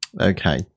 Okay